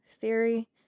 theory